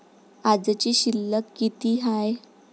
आजची शिल्लक किती हाय?